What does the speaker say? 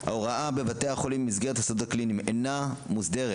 "ההוראה בבתי החולים במסגרת השדות הקליניים אינה מוסדרת.